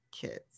kids